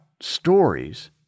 stories